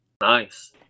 nice